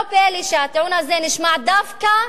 לא פלא שהטיעון הזה נשמע דווקא